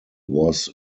was